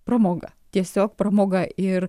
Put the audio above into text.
pramoga tiesiog pramoga ir